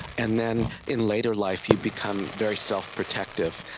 and then in later life you become very self-protective.